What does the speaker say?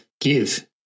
give